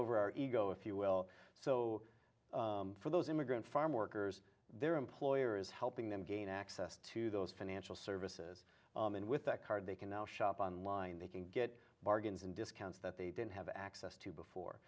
over our ego if you will so for those immigrant farm workers their employer is helping them gain access to those financial services and with that card they can now shop online they can get bargains in discounts that they didn't have access to before